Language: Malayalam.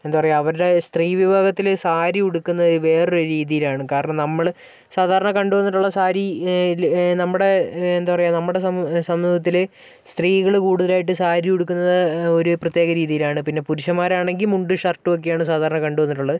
എന്താ പറയുക അവരുടെ സ്ത്രീ വിഭാഗത്തിൽ സാരി ഉടുക്കുന്നത് വേറൊരു രീതിയിലാണ് കാരണം നമ്മൾ സാധാരണ കണ്ടുവന്നിട്ടുള്ള സാരി നമ്മുടെ എന്താ പറയുക നമ്മുടെ നമ്മുടെ സമൂഹത്തിലെ സ്ത്രീകൾ കൂടുതലായിട്ടും സാരി ഉടുക്കുന്നത് ഒരു പ്രത്യേക രീതിയിലാണ് പിന്നെ പുരുഷൻമാരാണെങ്കിൽ മുണ്ടും ഷർട്ടുമൊക്കെ ആണ് സാധാരണ കണ്ടു വന്നിട്ടുള്ളത്